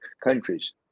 countries